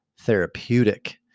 therapeutic